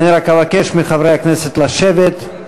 אני רק אבקש מחברי הכנסת לשבת.